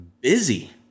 busy